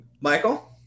michael